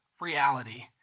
reality